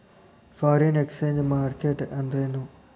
Foreign exchange market ಅಂದ್ರೇನು?